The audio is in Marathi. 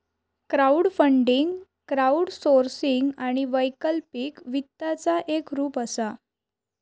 क्राऊडफंडींग क्राऊडसोर्सिंग आणि वैकल्पिक वित्ताचा एक रूप असा